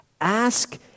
Ask